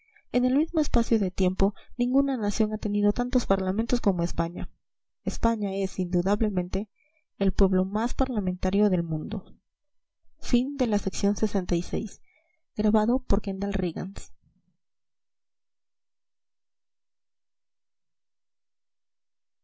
en el mismo espacio de tiempo ninguna nación ha tenido tantos parlamentos como españa españa es indudablemente el pueblo más parlamentario del mundo vi